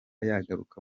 yagaruka